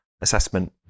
assessment